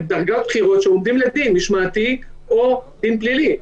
בדרגות בכירות שעומדים לדין משמעתי או לדין פלילי.